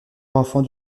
enfant